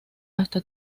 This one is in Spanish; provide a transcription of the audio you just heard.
hasta